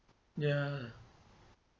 ya